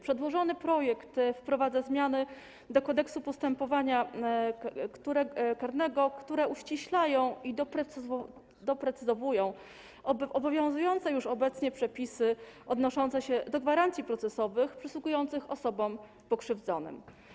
Przedłożony projekt wprowadza do Kodeksu postępowania karnego zmiany, które uściślają i doprecyzowują obowiązujące już obecnie przepisy odnoszące się do gwarancji procesowych przysługujących osobom pokrzywdzonym.